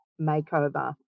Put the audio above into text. makeover